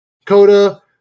Dakota